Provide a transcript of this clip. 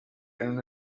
earn